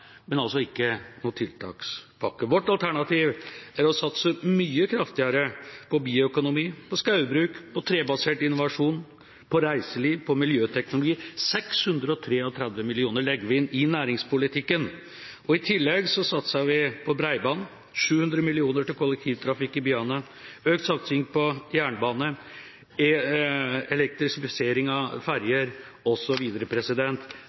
men ikke noen tiltakspakke. Vårt alternativ er å satse mye kraftigere på bioøkonomi, på skogbruk, på trebasert innovasjon, på reiseliv, på miljøteknologi – 633 mill. kr legger vi inn i næringspolitikken. I tillegg satser vi på bredbånd, 700 mill. kr til kollektivtrafikk i byene, økt satsing på jernbane, elektrifisering av